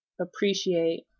appreciate